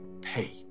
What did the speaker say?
pay